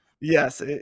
Yes